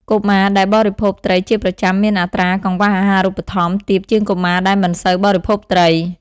កុមារ ដែលបរិភោគត្រីជាប្រចាំមានអត្រា កង្វះអាហារូបត្ថម្ភ ទាបជាងកុមារដែលមិនសូវបរិភោគត្រី។